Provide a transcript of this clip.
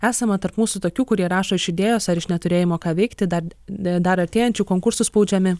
esama tarp mūsų tokių kurie rašo iš idėjos ar iš neturėjimo ką veikti dar dar artėjančių konkursų spaudžiami